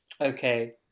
Okay